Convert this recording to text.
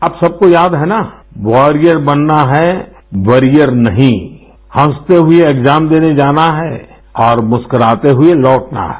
आप सब को याद है ना वॉरियर बनना है वरियर नहीं हँसते हुए एग्जा म देने जाना है और मुस्कुराते हुए लौटना है